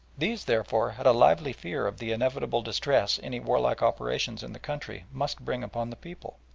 these, therefore, had a lively fear of the inevitable distress any warlike operations in the country must bring upon the people,